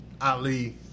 Ali